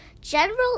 General